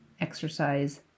exercise